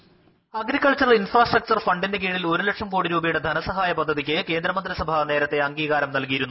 voice agriculture infrastructure ഫണ്ടിന്റെ കീഴിൽ ഒരു ലക്ഷം കോടി രൂപയുടെ ധനസഹായ പദ്ധതിക്ക് കേന്ദ്ര മന്ത്രിസഭ നേരത്തെ അംഗീകാരം നൽകിയിരുന്നു